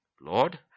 Lord